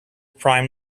prime